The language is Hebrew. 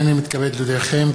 הנני מתכבד להודיעכם,